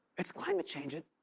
it's climate change. it.